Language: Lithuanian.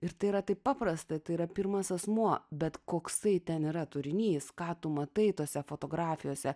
ir tai yra taip paprasta tai yra pirmas asmuo bet koksai ten yra turinys ką tu matai tose fotografijose